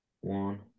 One